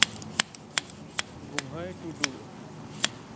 ᱜᱩᱢᱦᱟᱹᱭ ᱴᱩᱰᱩ